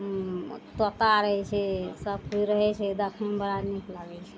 तोता रहय छै सबकिछु रहय छै देखयमे बड़ा नीक लागय छै